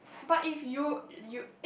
but if you you